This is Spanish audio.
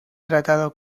tratado